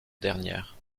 dernière